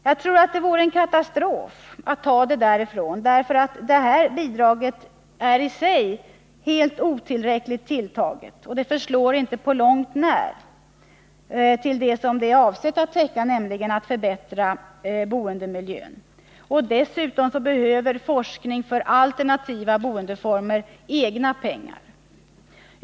Jag tror att det vore en katastrof att ta pengarna därifrån. Detta bidrag är i sig helt otillräckligt tilltaget, och det förslår inte på långt när till det som det är avsett för, nämligen att förbättra boendemiljön. Dessutom behöver forskningen om alternativa boendeformer egna pengar.